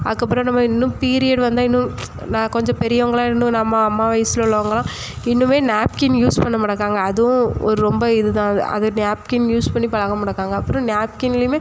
அதுக்கப்புறம் நம்ம இன்னும் பீரியட் வந்தால் இன்னும் நான் கொஞ்சம் பெரியவங்களாக இருந்தும் நம்ம அம்மா வயசில் உள்ளவர்கள் எல்லாம் இன்னுமே நாப்கின் யூஸ் பண்ணாமல் இருக்காங்க அதுவும் ஒரு ரொம்ப இதுதான் அது அது நாப்கின் யூஸ் பண்ணி பழகாம இருக்காங்க அப்புறம் நாப்கின்லியுமே